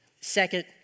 Second